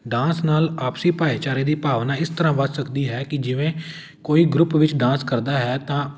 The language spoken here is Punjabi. ਡਾਂਸ ਨਾਲ਼ ਆਪਸੀ ਭਾਈਚਾਰੇ ਦੀ ਭਾਵਨਾ ਇਸ ਤਰ੍ਹਾਂ ਵੱਧ ਸਕਦੀ ਹੈ ਕਿ ਜਿਵੇਂ ਕੋਈ ਗਰੁੱਪ ਵਿੱਚ ਡਾਂਸ ਕਰਦਾ ਹੈ ਤਾਂ